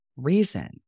reason